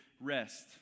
rest